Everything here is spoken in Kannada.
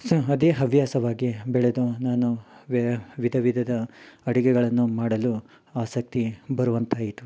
ಸೊ ಅದೇ ಹವ್ಯಾಸವಾಗಿ ಬೆಳೆದು ನಾನು ವಿಧ ವಿಧದ ಅಡುಗೆಗಳನ್ನು ಮಾಡಲು ಆಸಕ್ತಿ ಬರುವಂತಾಯಿತು